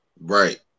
Right